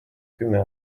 kümme